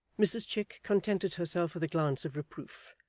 mrs chick contented herself with a glance of reproof,